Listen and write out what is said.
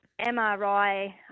MRI